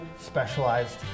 specialized